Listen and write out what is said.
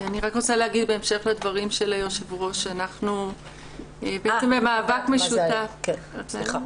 אני רק רוצה להגיד בהמשך לדברים של היושב-ראש שאנחנו במאבק משותף עם